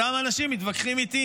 אותם אנשים מתווכחים איתי